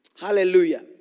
Hallelujah